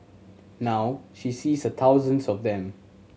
now she sees thousands of them